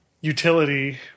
utility